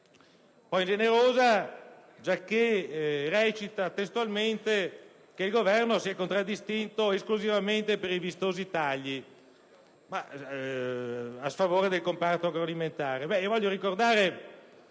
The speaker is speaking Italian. dell'opposizione), giacché recita testualmente che il Governo si è contraddistinto esclusivamente per i vistosi tagli a sfavore del comparto agroalimentare.